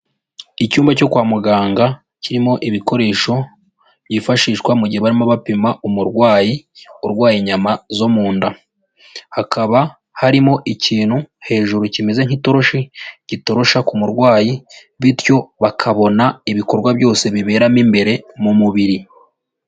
Icyumba cyo kwa muganga kirimo ibikoresho byifashishwa mu gihe barimo bapima umurwayi urwaye inyama zo mu nda, hakaba harimo ikintu hejuru kimeze nk'itoroshi gitorosha ku murwayi bityo bakabona ibikorwa byose bibera mo imbere mu mubiri.